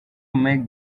make